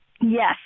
Yes